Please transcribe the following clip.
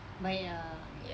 baik ah